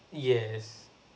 yes